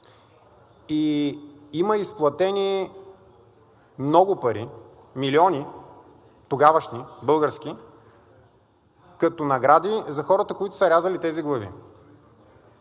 И има изплатени много пари, милиони тогавашни, български, като награди за хората, които са рязали тези глави.